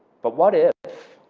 but what if